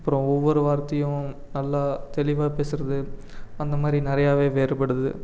அப்பறோம் ஒவ்வொரு வார்த்தையும் நல்லா தெளிவாக பேசுகிறது அந்த மாதிரி நிறையாவே வேறுபடுது